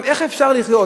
איך אפשר לחיות?